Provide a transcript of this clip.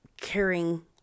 caring